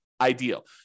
ideal